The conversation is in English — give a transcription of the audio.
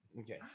Okay